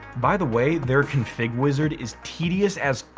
by the way, their config wizard is tedious as